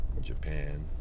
Japan